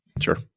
Sure